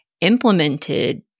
implemented